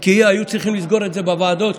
כי היו צריכים לסגור את זה בוועדות,